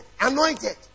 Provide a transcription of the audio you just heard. Anointed